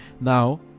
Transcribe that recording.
now